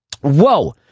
whoa